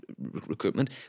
recruitment